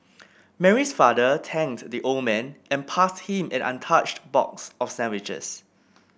Mary's father thanked the old man and passed him an untouched box of sandwiches